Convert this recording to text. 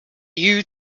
you